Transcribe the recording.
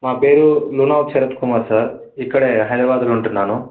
నా పేరు లూనావ్ శరత్ కుమార్ సార్ ఇక్కడే హైదరాబాదులో ఉంటున్నాను